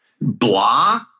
blah